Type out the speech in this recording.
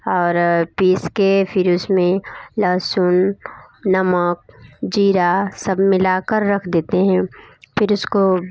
और पीस के फिर उसमें लहसुन नमक ज़ीरा सब मिला कर रख देते हैं फिर इसको